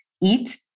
eat